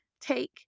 take